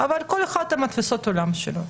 אבל כל אחד עם תפיסות העולם שלו.